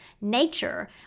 nature